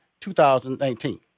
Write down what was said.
2019